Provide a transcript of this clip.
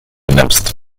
nimmst